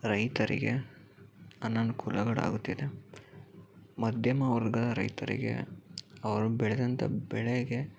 ರೈತರಿಗೆ ಅನಾನುಕೂಲಗಳಾಗುತ್ತಿದೆ ಮಧ್ಯಮ ವರ್ಗ ರೈತರಿಗೆ ಅವರು ಬೆಳೆದಂಥ ಬೆಳೆಗೆ